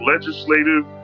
legislative